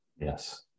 Yes